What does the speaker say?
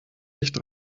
nicht